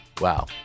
Wow